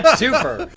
but two-fer.